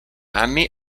anni